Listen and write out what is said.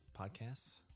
podcasts